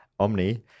Omni